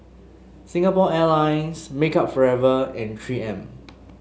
Singapore Airlines Makeup Forever and Three M